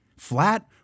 Flat